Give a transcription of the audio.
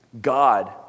God